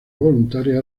voluntaria